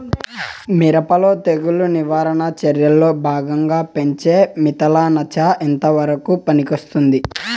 మిరప లో తెగులు నివారణ చర్యల్లో భాగంగా పెంచే మిథలానచ ఎంతవరకు పనికొస్తుంది?